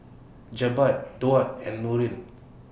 Jebat Daud and Nurin